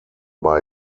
bei